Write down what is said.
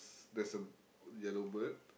s~ there's a yellow bird